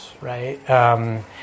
Right